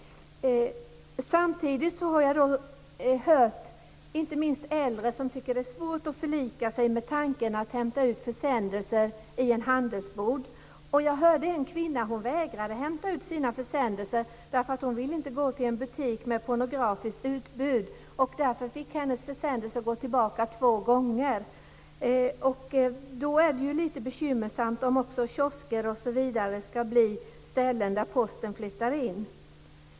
Samtidigt har jag hört inte minst äldre som tycker att det är svårt att förlika sig med tanken på att hämta ut försändelser i en handelsbod. Jag hörde om en kvinna som vägrade att hämta ut sina försändelser därför att hon inte ville gå till en butik med pornografiskt utbud. Därför fick hennes försändelser gå tillbaka två gånger. Då är det ju lite bekymmersamt om också kiosker osv. ska bli ställen där Posten flyttar in.